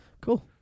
Cool